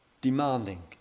demanding